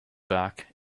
back